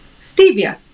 Stevia